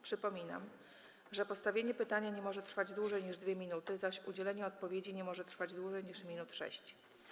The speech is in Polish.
Przypominam, że postawienie pytania nie może trwać dłużej niż 2 minuty, zaś udzielenie odpowiedzi nie może trwać dłużej niż minut 6.